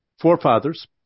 forefathers